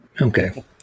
Okay